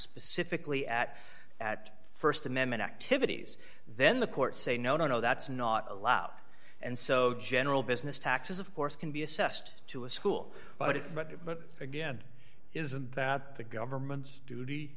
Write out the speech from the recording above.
specifically at at st amendment activities then the courts say no no no that's not allow and so general business taxes of course can be assessed to a school but if you but again isn't that the government's duty